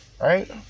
right